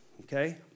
Okay